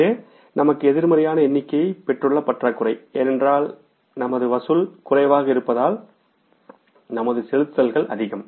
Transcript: இது நமக்கு எதிர்மறையான எண்ணிக்கையைப் பெற்றுள்ள பற்றாக்குறை ஏனென்றால் நமது வசூல் குறைவாக இருப்பதால் நமது செலுத்துதல்கள் அதிகம்